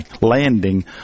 landing